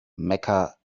mecca